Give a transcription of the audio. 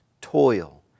toil